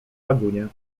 lagunie